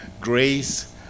Grace